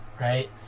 right